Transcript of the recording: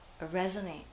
resonate